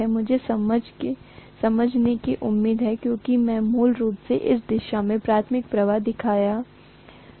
मुझे समझने की उम्मीद है क्योंकि मैं मूल रूप से इस दिशा में प्राथमिक प्रवाह दिखा रहा था